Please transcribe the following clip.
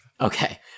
Okay